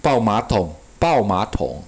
抱马桶抱马桶